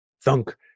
thunk